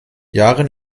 yaren